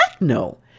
no